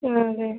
ആ അതെ